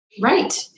Right